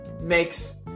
makes